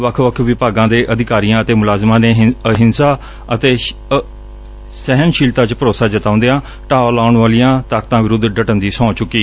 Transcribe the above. ਵੱਖ ਵੱਖ ਵਿਭਾਗਾਂ ਦੇ ਅਧਿਕਾਰੀਆਂ ਅਤੇ ਮੁਲਾਜ਼ਮਾਂ ਨੇ ਅਹਿੰਸਾ ਅਤੇ ਸਹਿਣਸ਼ੀਲਤਾ ਚ ਭਰੋਸਾ ਜਤਾਉਂਦਿਆਂ ਢਾਹ ਲਾਉਣ ਵਾਲੀਆਂ ਤਾਕਤਾਂ ਵਿਰੁੱਧ ਡਟਣ ਦੀ ਸਹੁੰ ਚੁੱਕੀ